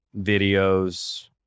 videos